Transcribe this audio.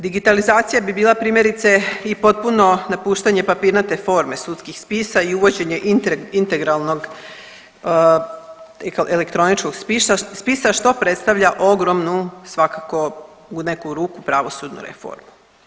Digitalizacija bi bila primjerice i potpuno napuštanje papirnate forme sudskih spisa i uvođenje integralnog elektroničkog spisa što predstavlja ogromnu svakako u neku ruku pravosudnu reformu.